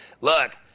Look